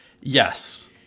Yes